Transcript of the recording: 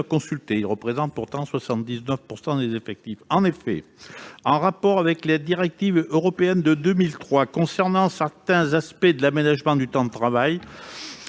consultés. Ils représentent pourtant 79 % des effectifs ... En rapport avec la directive européenne de 2003 concernant certains aspects de l'aménagement du temps de travail,